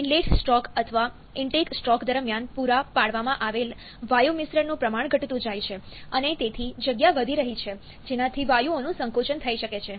તેથી inlet stroke અથવા intake stroke દરમિયાન પૂરા પાડવામાં આવેલ વાયુ મિશ્રણનું પ્રમાણ ઘટતું જાય છે અને તેથી જગ્યા વધી રહી છે જેનાથી વાયુઓનું સંકોચન થઈ શકે છે